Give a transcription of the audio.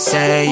Say